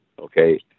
Okay